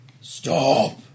Stop